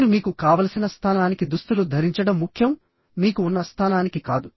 మీరు మీకు కావలసిన స్థానానికి దుస్తులు ధరించడం ముఖ్యంమీకు ఉన్న స్థానానికి కాదు